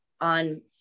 on